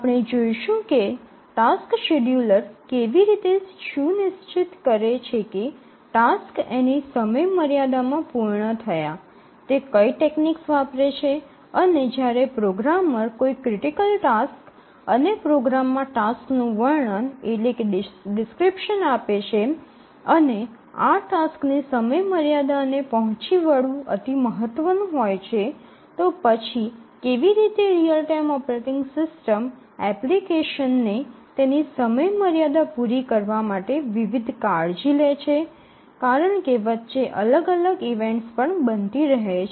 આપણે જોઈશું કે ટાસ્કસ શેડ્યૂલર કેવી રીતે સુનિશ્ચિત કરે છે કે ટાસ્ક એની સમયમર્યાદામાં પૂર્ણ થયા તે કઈ ટેક્નીકસ વાપરે છે અને જ્યારે પ્રોગ્રામર કોઈ ક્રિટિકલ ટાસ્ક અને પ્રોગ્રામમાં ટાસ્કનું વર્ણન આપે છે અને આ ટાસ્કની સમયમર્યાદાને પહોંચી વળવું અતિ મહત્વનું હોય છે તો પછી કેવી રીતે રીઅલ ટાઇમ ઓપરેટિંગ સિસ્ટમ એપ્લિકેશનને તેની સમયમર્યાદા પૂરી કરવા માટે વિવિધ કાળજી લે છે કારણ કે વચ્ચે અલગ અલગ ઈવેન્ટસ પણ બનતી રહે છે